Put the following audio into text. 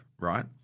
right